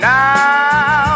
Now